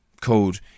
code